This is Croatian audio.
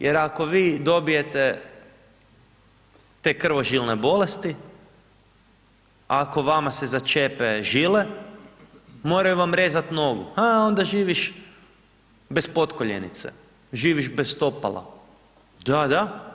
Jer ako vi dobijete te krvožilne bolesti, ako vama se začepe žile, moraju vam rezati nogu, e onda živiš bez potkoljenice, živiš bez stopala, da, da.